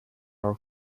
our